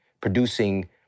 producing